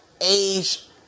age